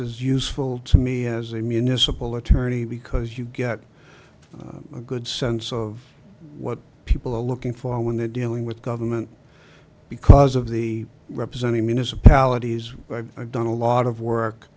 is useful to me as a municipal attorney because you get a good sense of what people are looking for when they're dealing with government because of the representing municipalities i've done a lot of work